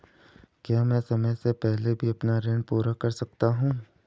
क्या मैं समय से पहले भी अपना ऋण पूरा कर सकता हूँ?